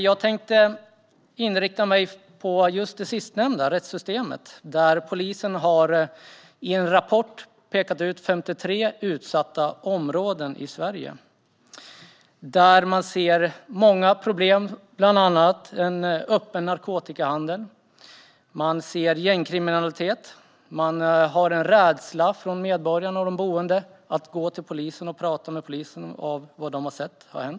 Jag tänkte inrikta mig på det sistnämnda, rättssystemet. Polisen har i en rapport pekat ut 53 utsatta områden i Sverige där man ser många problem. Det är bland annat en öppen narkotikahandel. Man ser gängkriminalitet. Det finns en rädsla från medborgarna och de boende att gå till polisen och tala med polisen om vad de sett har hänt.